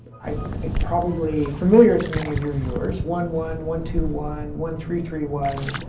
i think, probably familiar to many of your viewers. one one, one two one, one three three one.